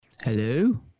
Hello